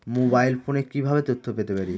Mobile ফোনে কিভাবে তথ্য পেতে পারি?